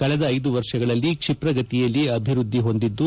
ಕಳೆದ ಐದು ವರ್ಷಗಳಲ್ಲಿ ಕ್ಷಿಪ್ರಗತಿಯಲ್ಲಿ ಅಭಿವೃದ್ಧಿ ಹೊಂದಿದ್ದು